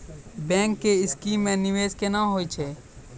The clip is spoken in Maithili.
बैंक के स्कीम मे निवेश केना होय छै?